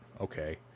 Okay